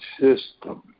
system